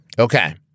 Okay